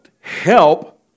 help